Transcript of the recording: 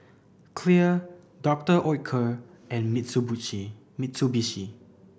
clear Doctor Oetker and Mitsubishi